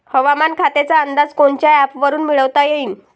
हवामान खात्याचा अंदाज कोनच्या ॲपवरुन मिळवता येईन?